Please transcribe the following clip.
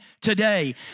today